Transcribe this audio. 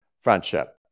friendship